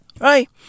Right